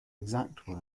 exact